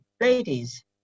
ladies